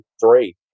three